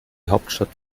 hauptstadt